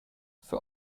für